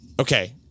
Okay